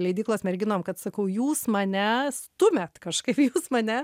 leidyklos merginom kad sakau jūs mane stumiat kažkaip jūs mane